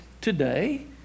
today